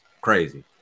Crazy